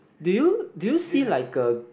do you do you see like a